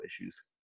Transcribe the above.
issues